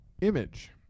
Image